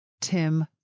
Tim